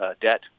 debt